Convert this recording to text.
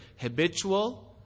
habitual